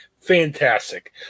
Fantastic